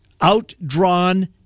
outdrawn